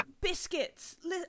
Biscuits